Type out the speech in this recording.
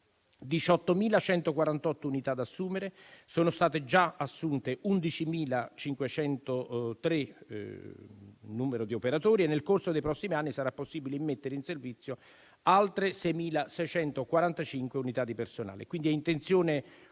18.148 unità da assumere. Sono stati già assunti 11.503 operatori e, nel corso dei prossimi anni, sarà possibile immettere in servizio altre 6.645 unità di personale. Quindi abbiamo intenzione di continuare